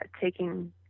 taking